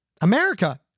America